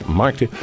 maakte